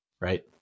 right